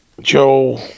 joe